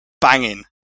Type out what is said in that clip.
banging